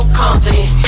confident